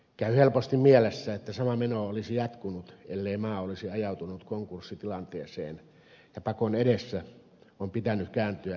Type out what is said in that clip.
käy helposti mielessä että sama meno olisi jatkunut ellei maa olisi ajautunut konkurssitilanteeseen ja pakon edessä on pitänyt kääntyä eurokumppaneiden puoleen